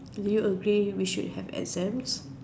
do you agree we should have exams